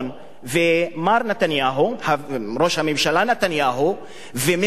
מר נתניהו, ראש הממשלה נתניהו וממשלתו,